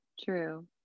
true